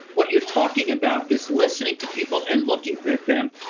what you're talking about is listening to people and looking at them,